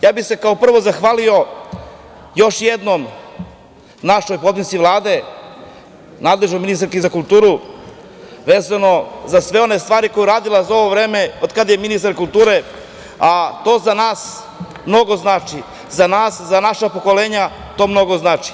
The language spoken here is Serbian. Ja bih se, kao prvo, zahvalio još jednom našoj potpredsednici Vlade, nadležnoj ministarki za kulturu, vezano za sve one stvari koje je uradila za ovo vreme od kada je ministar kulture, a to za nas mnogo znači, za nas, za naša pokolenja, to mnogo znači.